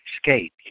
escape